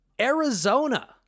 arizona